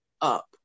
up